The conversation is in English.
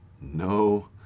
no